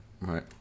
Right